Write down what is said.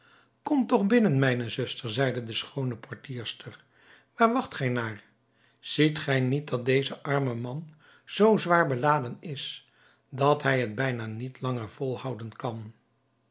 kom toch binnen mijne zuster zeide de schoone portierster waar wacht gij naar ziet gij niet dat deze arme man zoo zwaar beladen is dat hij het bijna niet langer volhouden kan